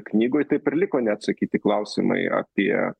knygoj taip ir liko neatsakyti klausimai apie